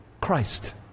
Christ